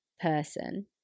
person